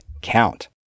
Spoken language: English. count